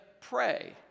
pray